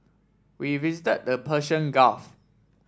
we visit the Persian Gulf